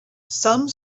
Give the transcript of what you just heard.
some